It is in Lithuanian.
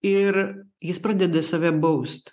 ir jis pradeda save baust